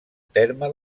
terme